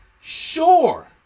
Sure